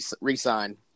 resign